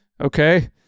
okay